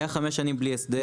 היו חמש שנים בלי הסדר.